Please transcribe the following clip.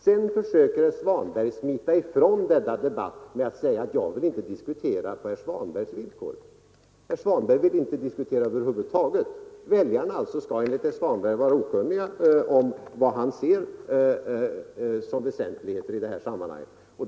Sedan försöker herr Svanberg smita ifrån debatten genom att säga: ”Jag vill inte diskutera på herr Dahléns villkor.” Herr Svanberg vill inte diskutera över huvud taget. Väljarna skall alltså enligt herr Svanberg vara okunniga om vad han ser som väsentligheter i det här sammanhanget.